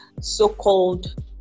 so-called